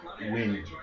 win